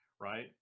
right